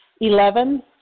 Eleven